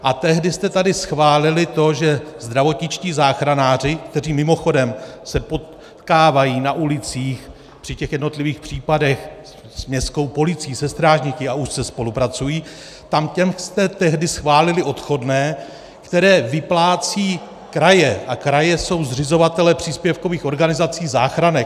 A tehdy jste tady schválili to, že zdravotničtí záchranáři, kteří mimochodem se potkávají na ulicích při těch jednotlivých případech s městskou policií, se strážníky, a úzce spolupracují, tak těm jste tehdy schválili odchodné, které vyplácejí kraje, a kraje jsou zřizovatelé příspěvkových organizací, záchranek.